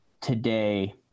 today